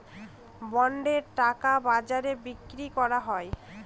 বন্ডের টাকা বাজারে বিক্রি করা হয়